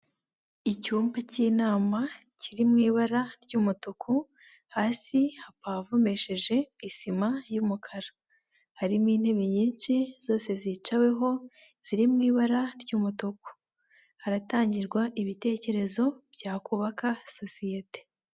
Icyumba cy'inama kiri mu ibara ry'umutuku hasi hapavomesheje isima y'umukara harimo intebe nyinshi zose zicaweho ziri mu ibara ry'umutuku haratangirwa ibitekerezo byakubaka sosiyete.